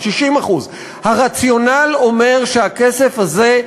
60%. הרציונל אומר שהכסף הזה,